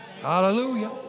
Hallelujah